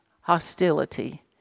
hostility